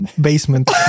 basement